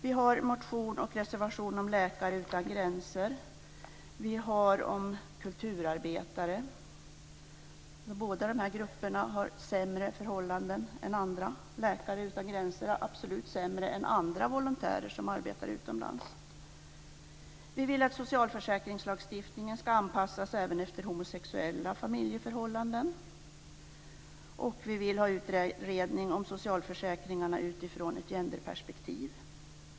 Vi har en motion och en reservation om dem som arbetar för Läkare utan gränser, och detsamma gäller för gruppen kulturarbetare. Båda dessa grupper har sämre förhållanden än andra. De som arbetar för Läkare utan gränser har definitivt sämre förhållanden än andra volontärer som arbetar utomlands. Vi vill att socialförsäkringslagstiftningen ska anpassas även efter homosexuella familjeförhållanden, och vi få till stånd en utredning om socialförsäkringarna i ett gender-perspektiv.